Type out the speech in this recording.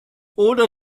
oder